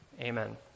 Amen